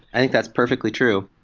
i think that's perfectly true.